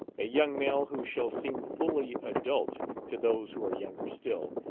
a young male who shall seem fully adult to those who are younger still,